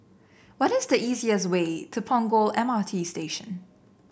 what is the easiest way to Punggol M RT Station